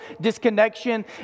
disconnection